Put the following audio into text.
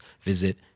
visit